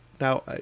Now